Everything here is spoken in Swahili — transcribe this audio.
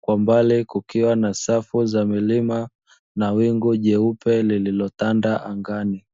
kwa mbali kukiwa na safu za milima na wingu jeupe lililotanda angani.